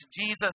Jesus